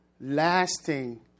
lasting